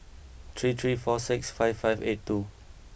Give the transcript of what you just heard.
three three four six five five eight two